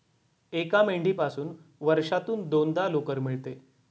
एका मेंढीपासून वर्षातून दोनदा लोकर मिळते